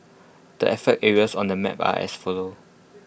the affected areas on the map are as follow